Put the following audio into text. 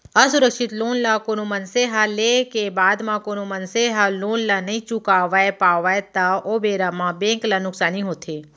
असुरक्छित लोन ल कोनो मनसे ह लेय के बाद म कोनो मनसे ह लोन ल नइ चुकावय पावय त ओ बेरा म बेंक ल नुकसानी होथे